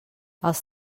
els